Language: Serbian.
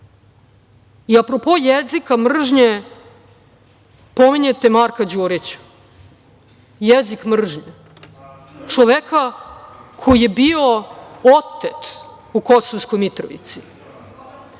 i apropo jezika mržnje pominjete Marka Đurića. Jezik mržnje čoveka koji je bio otet u Kosovskoj Mitrovici,